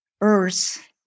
Earth